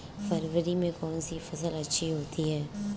फरवरी में कौन सी फ़सल अच्छी होती है?